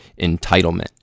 entitlement